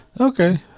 Okay